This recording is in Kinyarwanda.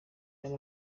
aya